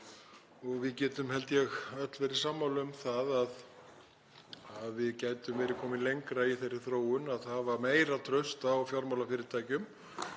Við getum, held ég, öll verið sammála um það að við gætum verið komin lengra í þeirri þróun að hafa meira traust á fjármálafyrirtækjum,